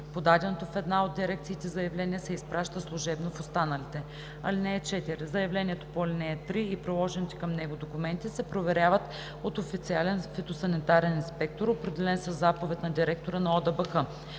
подаденото в една от дирекциите заявление се изпраща служебно в останалите. (4) Заявлението по ал. 3 и приложените към него документи се проверяват от официален фитосанитарен инспектор, определен със заповед на директора на ОДБХ.